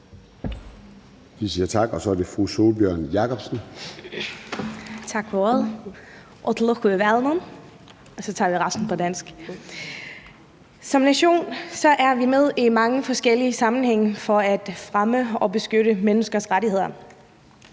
Som nation er vi med i mange forskellige sammenhænge for at fremme og beskytte menneskers rettigheder.